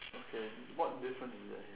okay what difference is there here